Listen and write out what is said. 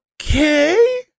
okay